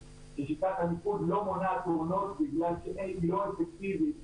ששיטת הניקוד לא מונעת נקודות בגלל שהיא אפקטיבית.